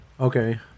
okay